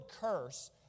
curse